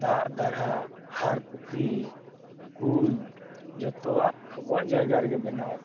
ᱫᱟᱜᱼᱫᱟᱨᱦᱟ ᱟᱦᱟᱨᱼᱯᱩᱠᱷᱨᱤ ᱠᱩᱧ ᱡᱚᱛᱚᱣᱟᱜ ᱟᱵᱚᱣᱟᱜ ᱡᱟᱭᱜᱟ ᱨᱮᱜᱮ ᱵᱮᱱᱟᱣ ᱟᱠᱟᱱᱟ